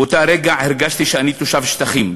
באותו רגע הרגשתי שאני תושב השטחים.